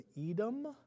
Edom